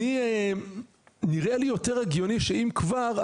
אני נראה לי יותר הגיוני שאם כבר,